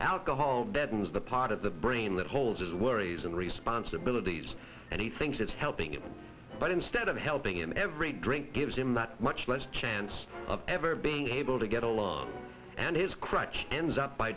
alcohol deadens the part of the brain that holds his worries and responsibilities and he thinks it's helping him but instead of helping him every drink gives him that much less chance of ever being able to get along and his crutch ends up by